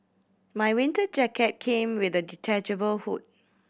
my winter jacket came with a detachable hood